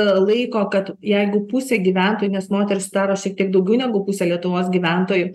laiko kad jeigu pusė gyventojų nes moterys sudaro šiek tiek daugiau negu pusė lietuvos gyventojų